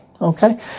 Okay